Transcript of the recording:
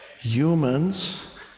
humans